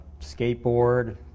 skateboard